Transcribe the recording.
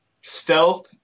Stealth